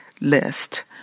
list